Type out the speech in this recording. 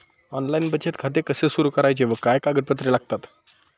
Online बचत खाते कसे सुरू करायचे व काय कागदपत्रे लागतात?